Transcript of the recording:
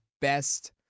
best